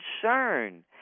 concern